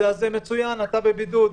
מצוין, אתה בבידוד.